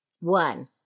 one